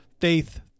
faith